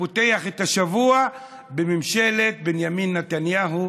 ופותח את השבוע בממשלת בנימין נתניהו,